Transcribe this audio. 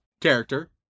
character